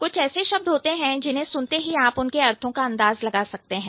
कुछ ऐसे शब्द होते हैं जिन्हें सुनते ही आप उनके अर्थों का अंदाज़ लगा सकते हैं